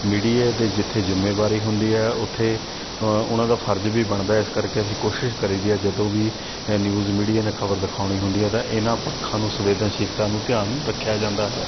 ਮੀਡੀਏ ਦੇ ਜਿੱਥੇ ਜਿੰਮੇਵਾਰੀ ਹੁੰਦੀ ਹੈ ਉੱਥੇ ਉਹਨਾਂ ਦਾ ਫਰਜ਼ ਵੀ ਬਣਦਾ ਇਸ ਕਰਕੇ ਅਸੀਂ ਕੋਸ਼ਿਸ਼ ਕਰੀਦੀ ਆ ਜਦੋਂ ਵੀ ਅ ਨਿਊਜ਼ ਮੀਡੀਏ ਨੇ ਖ਼ਬਰ ਦਿਖਾਉਣੀ ਹੁੰਦੀ ਹੈ ਤਾਂ ਇਹਨਾਂ ਪੱਖਾਂ ਨੂੰ ਸੰਵੇਦਨਸ਼ੀਲਤਾ ਨੂੰ ਧਿਆਨ ਰੱਖਿਆ ਜਾਂਦਾ ਹੈ